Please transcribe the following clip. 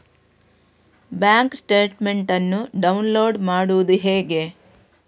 Bank statement ಅನ್ನು download ಮಾಡುವುದು ಹೇಗೆ?